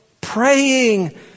praying